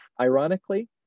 ironically